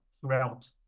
throughout